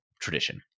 tradition